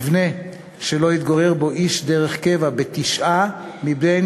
מבנה שלא התגורר בו איש דרך קבע בתשעה מבין